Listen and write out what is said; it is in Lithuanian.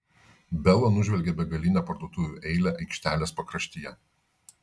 bela nužvelgė begalinę parduotuvių eilę aikštelės pakraštyje